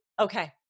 Okay